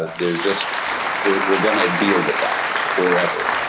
there's just we're we're going to deal with that forever.